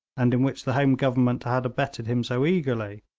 and in which the home government had abetted him so eagerly,